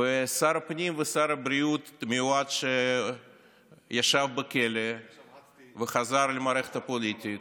שר הפנים ושר הבריאות המיועדים ישב בכלא וחזר למערכת הפוליטית